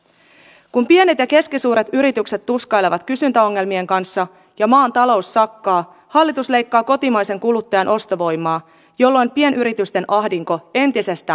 kun pienet ja keskisuuret yritykset tuskailevat kysyntäongelmien kanssa ja maan talous sakkaa hallitus leikkaa kotimaisen kuluttajan ostovoimaa jolloin pienyritysten ahdinko entisestään pahenee